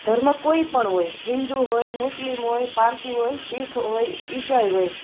ધર્મ કોઈ પણ હોય હિન્દુ હોય મુસ્લિમ હોય પારસી હોય શીખ હોય ઈસાઈ હોય